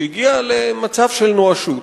שהגיע למצב של נואשות,